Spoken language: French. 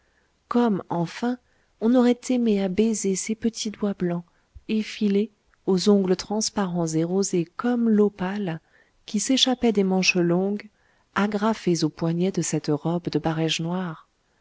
comme enfin on aurait aimé à baiser ses petits doigts blancs effilés aux ongles transparents et rosés comme l'opale qui s'échappaient des manches longues agrafées au poignet de cette robe de barége noir